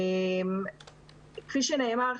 כפי שנאמר,